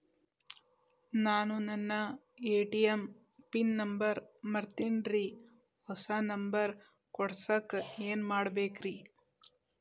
ನಾನು ನನ್ನ ATM pin number ಮರ್ತೇನ್ರಿ, ಹೊಸಾ ನಂಬರ್ ಕುಡಸಾಕ್ ಏನ್ ಮಾಡ್ಬೇಕ್ರಿ?